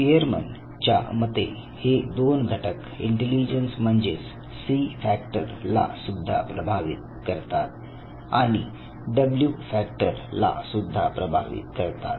Spearman च्या मते हे दोन घटक इंटेलिजन्स म्हणजेच सी फॅक्टर ला सुद्धा प्रभावी करतात आणि डब्ल्यू फॅक्टर ला सुद्धा प्रभावित करतात